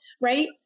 right